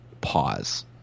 pause